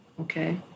okay